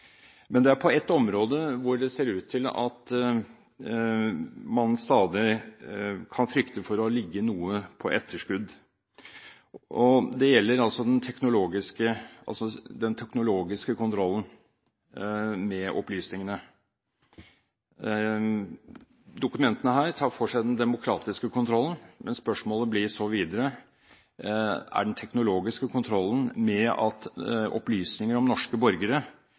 Men på ett område ser det ut til at man stadig kan frykte for å ligge noe på etterskudd, og det gjelder den teknologiske kontrollen med opplysningene. Dokumentene her tar for seg den demokratiske kontrollen, men spørsmålet blir så videre: den teknologiske kontrollen med at opplysninger om norske borgere